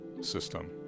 system